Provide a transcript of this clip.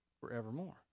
forevermore